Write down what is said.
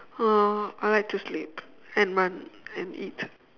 uh I like to sleep and run and eat